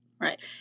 Right